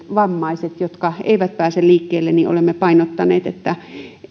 vammaisten osalta jotka eivät pääse liikkeelle olemme painottaneet että